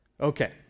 Okay